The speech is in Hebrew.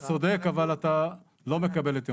אתה צודק, אבל אתה לא מקבל את יומך.